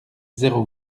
zéro